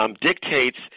dictates